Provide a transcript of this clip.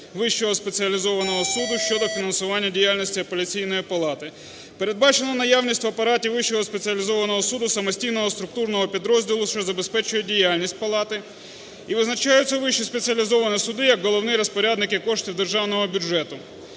Вищого спеціалізованого суду щодо фінансування діяльності Апеляційної палати. Передбачено наявність в апараті Вищого спеціалізованого суду самостійного структурного підрозділу, що забезпечує діяльність палати, і визначаються вищі спеціалізовані суди як головні розпорядник коштів державного бюджету.